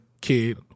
kid